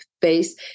face